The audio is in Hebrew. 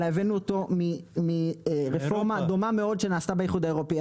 אלא הבאנו אותו מרפורמה דומה מאוד שנעשתה באיחוד האירופי.